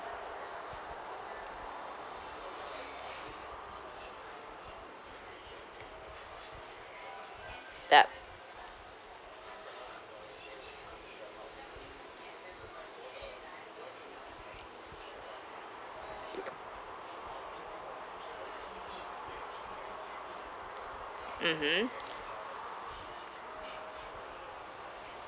debt mmhmm